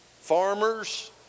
farmers